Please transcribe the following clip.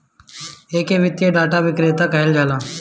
एके वित्तीय डाटा विक्रेता कहल जाला